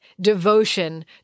devotion